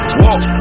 walk